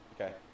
okay